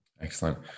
Excellent